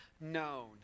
known